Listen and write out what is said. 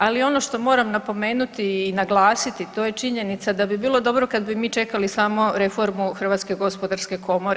Ali ono što moram napomenuti i naglasiti to je činjenica da bi bilo dobro kad bi mi čekali samo reformu Hrvatske gospodarske komore.